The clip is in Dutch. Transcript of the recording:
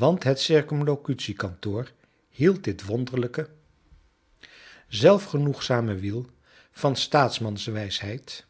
want het circumlocu tie kantoor hield dit wonder ijke zelfgenoegzame wiel van staatsmanswijsheid